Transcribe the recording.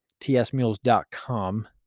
tsmules.com